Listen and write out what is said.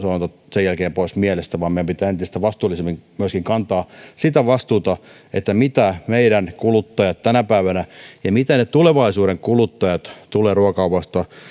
sen jälkeen pois mielestä vaan meidän pitää entistä vastuullisemmin myöskin kantaa siitä vastuuta mitä meidän kuluttajat tänä päivänä ja mitä tulevaisuuden kuluttajat tulevat ruokakaupasta